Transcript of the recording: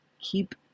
keep